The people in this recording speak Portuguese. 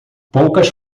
poucas